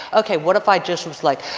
okay what if i just was like,